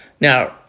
Now